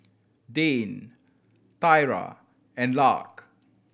Dane Tyra and Lark